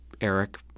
Eric